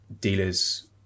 dealers